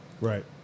right